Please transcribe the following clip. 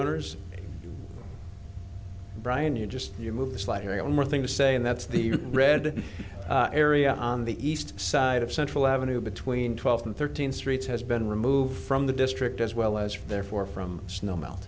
owners bryan you just you move the slide here no more thing to say and that's the red area on the east side of central avenue between twelve and thirteen streets has been removed from the district as well as from there for from snow melt